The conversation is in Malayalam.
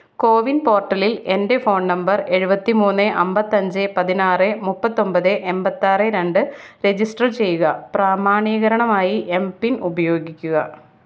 കോവിൻ പോർട്ടലിൽ എന്റെ ഫോൺ നമ്പർ എഴുപത്തിമൂന്നേ അമ്പത്തഞ്ച് പതിനാറ് മുപ്പത്തൊമ്പത് എൺപത്താറ് രണ്ട് രജിസ്റ്റർ ചെയ്യുക പ്രാമാണീകരണമായി എം പിന് ഉപയോഗിക്കുക